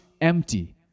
empty